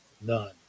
None